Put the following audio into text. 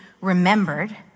remembered